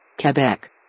Quebec